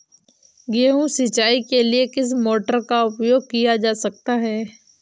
गेहूँ सिंचाई के लिए किस मोटर का उपयोग किया जा सकता है?